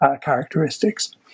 characteristics